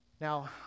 Now